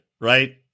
right